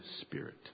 spirit